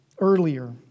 earlier